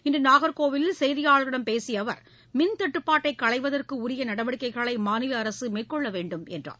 இன்றுநாகர்கோவிலில் செய்தியாளர்களிடம் பேசியஅவர் மின்தட்டுப்பாட்டைகளைவதற்குஉரியநடவடிக்கைகளைமாநிலஅரசுமேற்கொள்ளவேண்டும் என்றார்